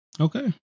Okay